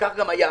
וכך גם היה.